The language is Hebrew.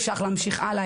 אפשר להמשיך הלאה,